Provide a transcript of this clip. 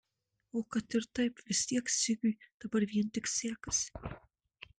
o kad ir taip vis tiek sigiui dabar vien tik sekasi